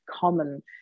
common